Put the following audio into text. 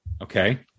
Okay